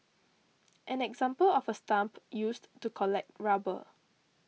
an example of a stump used to collect rubber